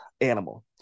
animal